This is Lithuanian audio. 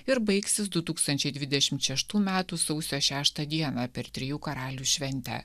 ir baigsis du tūkstančiai dvidešimt šeštų metų sausio šeštą dieną per trijų karalių šventę